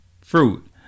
fruit